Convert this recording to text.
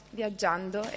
viaggiando